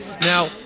now